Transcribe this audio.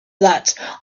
that